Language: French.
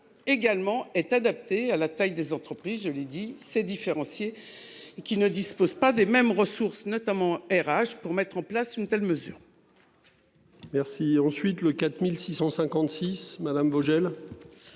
Également être adaptés à la taille des entreprises. Je l'ai dit c'est différencier. Qui ne dispose pas des mêmes ressources notamment RH pour mettre en place une telle mesure. Merci. Ensuite le 4656 madame Vogel.